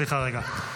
סליחה, רגע.